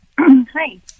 Hi